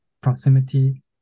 proximity